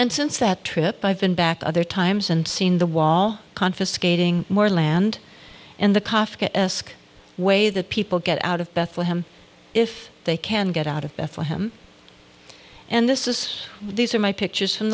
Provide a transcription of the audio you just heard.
and since that trip i've been back other times and seen the wall confiscating more land in the kafka esque way that people get out of bethlehem if they can get out of bethlehem and this is these are my pictures from